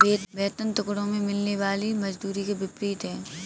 वेतन टुकड़ों में मिलने वाली मजदूरी के विपरीत है